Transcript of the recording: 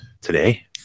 today